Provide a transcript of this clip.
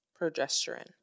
progesterone